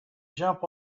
jump